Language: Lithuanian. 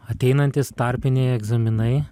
ateinantys tarpiniai egzaminai